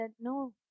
no